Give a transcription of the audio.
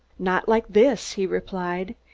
not like this, he replied.